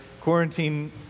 quarantine